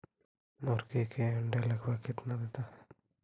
मुर्गी के अंडे लगभग कितना देता है?